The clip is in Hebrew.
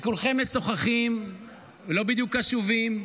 כשכולכם משוחחים ולא בדיוק קשובים,